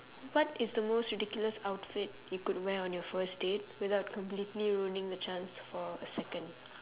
what is the most ridiculous outfit you could wear on your first date without completely ruining the chance for a second